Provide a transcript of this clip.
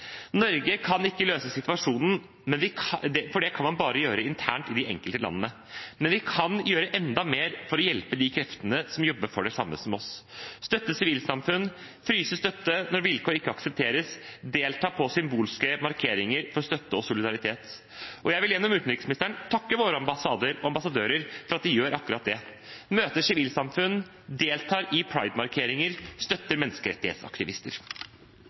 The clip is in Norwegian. Norge kan ikke løse situasjonen, for det kan man bare gjøre internt i de enkelte landene, men vi kan gjøre enda mer for å hjelpe de kreftene som jobber for det samme som oss. Vi kan støtte sivilsamfunn, fryse støtte når vilkår ikke aksepteres og delta på symbolske markeringer for støtte og solidaritet. Jeg vil gjennom utenriksministeren takke våre ambassader og ambassadører for at de gjør akkurat det: møter sivilsamfunn, deltar i pride-markeringer og støtter menneskerettighetsaktivister.